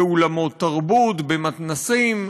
באולמות תרבות, במתנ"סים.